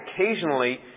occasionally